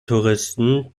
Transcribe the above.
touristen